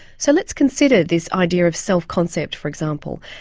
so let's consider this idea of self concept for example,